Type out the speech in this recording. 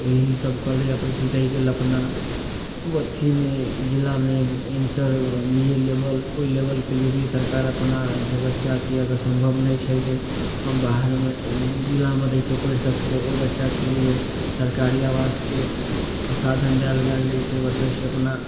इएहसबके लिए रहि गेल अपना ओ अथीमे जिलामे इण्टर बी ए लेवल ओहि लेवलकेलिए भी सरकार अपना जे बच्चाकेँ अगर सम्भव नहि छै जे हम बाहरमे जिलामे रहिके पढ़ि सकी ओहि बच्चाके लिए सरकारी आवासके साधन देल गेल जइसे बतबै छी अपना